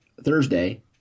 Thursday